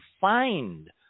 find